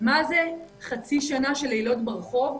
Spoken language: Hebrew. מה זה חצי שנה של לילות ברחוב,